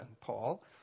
Paul